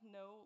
no